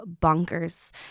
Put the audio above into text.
bonkers